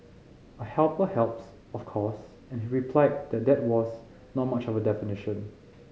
a helper helps of course and he replied that that was not much of a definition